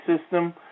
system